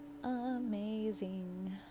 Amazing